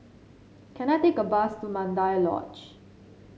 can I take a bus to Mandai Lodge